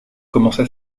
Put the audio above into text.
commença